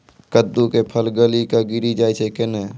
कददु के फल गली कऽ गिरी जाय छै कैने?